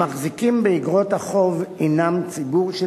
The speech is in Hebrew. המחזיקים באיגרות החוב הינם ציבור של